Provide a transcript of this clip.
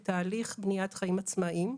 בתהליך בניית חיים עצמאיים.